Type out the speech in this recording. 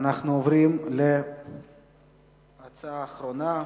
אנחנו עוברים להצעה אחרונה,